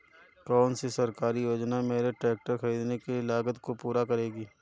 कौन सी सरकारी योजना मेरे ट्रैक्टर ख़रीदने की लागत को पूरा करेगी?